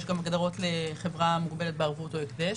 יש גם הגדרות לחברה מוגבלת בערבות או הקדש.